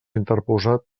interposat